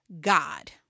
God